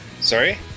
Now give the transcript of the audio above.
Sorry